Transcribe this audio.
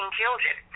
children